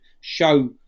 show